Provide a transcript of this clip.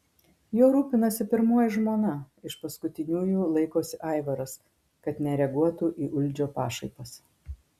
juo rūpinasi pirmoji žmona iš paskutiniųjų laikosi aivaras kad nereaguotų į uldžio pašaipas